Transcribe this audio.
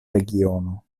regiono